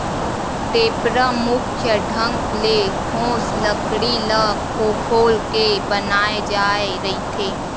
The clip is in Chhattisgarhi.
टेपरा मुख्य ढंग ले ठोस लकड़ी ल खोखोल के बनाय जाय रहिथे